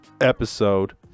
Episode